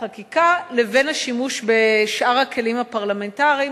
החקיקה לבין השימוש בשאר הכלים הפרלמנטריים.